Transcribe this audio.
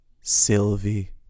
Sylvie